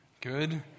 Good